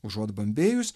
užuot bambėjus